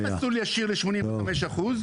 אין מסלול ישיר ל-85 אחוז,